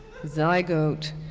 zygote